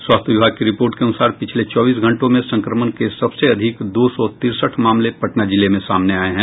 स्वास्थ्य विभाग की रिपोर्ट के अनुसार पिछले चौबीस घंटों में संक्रमण के सबसे अधिक दो सौ तिरसठ मामले पटना जिले में सामने आये हैं